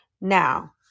now